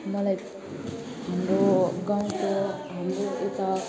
मलाई हाम्रो गाउँको हाम्रो यता